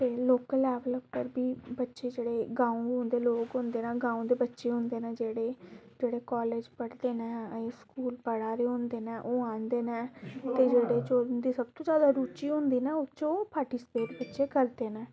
ते local level उप्पर बी बच्चे जेह्ड़े गांव दे लोक होंदे न गांव दे बच्चे होंदे न जेह्ड़े जेह्ड़े कालेज पढ़दे न अजें स्कूल पढ़ा दे होंदे न ओह् आंदे न ते जेह्दे च उं'दी सब तूं जादा रुचि होंदी न ओह्दे च ओह् पार्टिस्पेट बच्चे करदे न